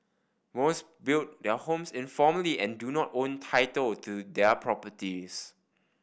most built their homes informally and do not own title to their properties